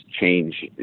change